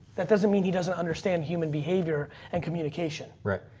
that doesn't mean he doesn't understand human behavior and communication. right,